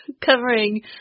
covering